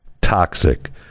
toxic